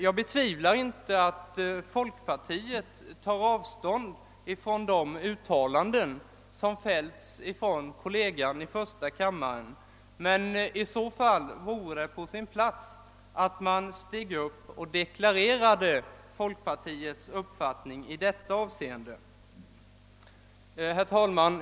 Jag betvivlar inte att folkpartiet tar avstånd från de uttalanden som fällts 'av kollegan i första kammaren, men 'i så fall vore det på sin plats att man deklarerade folkpartiets bppfattning i detta avseende. Herr talman!